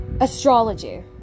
astrology